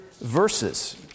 verses